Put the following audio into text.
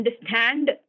understand